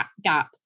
gap